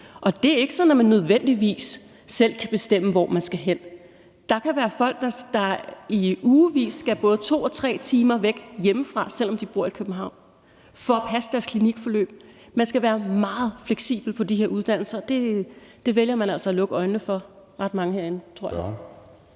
og det er ikke sådan, at man nødvendigvis selv kan bestemme, hvor man skal hen. Der kan være folk, der i ugevis skal både 2 og 3 timer væk hjemme fra, selv om de bor i København, for at passe deres klinikforløb. Man skal være meget fleksibel på de her uddannelser Kl. 16:00 Anden næstformand (Jeppe Søe):